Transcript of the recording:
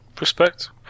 Respect